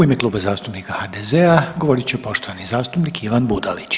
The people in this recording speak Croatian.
U ime Kluba zastupnika HDZ-a govorit će poštovani zastupnik Ivan Budalić.